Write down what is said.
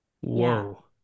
Whoa